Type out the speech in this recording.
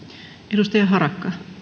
arvoisa